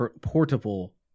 portable